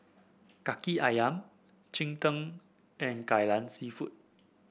kaki ayam Cheng Tng and Kai Lan seafood